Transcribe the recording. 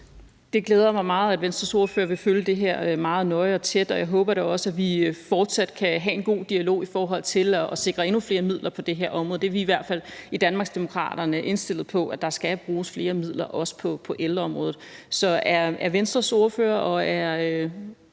Det glæder mig meget, at Venstres ordfører vil følge det her meget nøje og tæt, og jeg håber da også, at vi fortsat kan have en god dialog i forhold til at sikre endnu flere midler på det her område. Vi er i hvert fald i Danmarksdemokraterne indstillet på, at der skal bruges flere midler, også på ældreområdet. Nu sidder Venstre jo i regering,